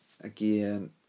again